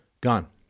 Gone